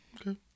okay